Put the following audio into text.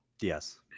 Yes